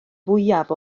fwyaf